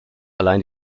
allein